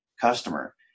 customer